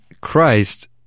Christ